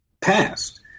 past